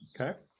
okay